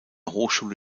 hochschule